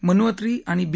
मनुअत्री आणि बी